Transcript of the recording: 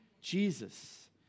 Jesus